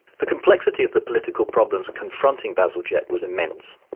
the complexity of the political problems confronting bazalgette was immense.